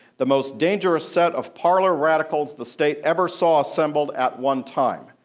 the most dangerous set of parlor radicals the state ever saw assembled at one time.